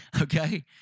okay